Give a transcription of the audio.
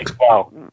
wow